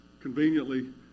conveniently